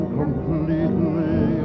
completely